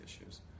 issues